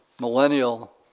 millennial